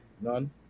None